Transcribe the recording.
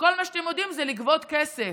שכל מה שאתם יודעים זה לגבות כסף,